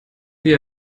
wir